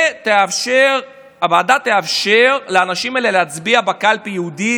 ותאפשר לאנשים האלה להצביע בקלפי ייעודי